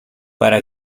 para